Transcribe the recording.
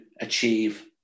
achieve